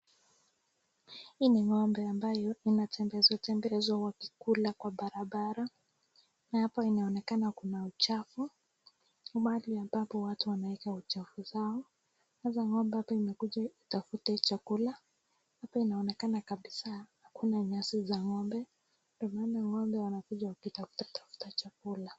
Hii ni ng'ombe ambayo inatembezwa tembezwa wakikula kwa barabara na hapa inaonekana kuna uchafu mahali ambaye watu wanaweka uchafu zao. Sasa ng'ombe imekuja kutafuta chakula ,hapa inaonekana kabisaa hakuna nyasi za ng'ombe ndio maana ng'ombe wanakuja kutafuta chakula.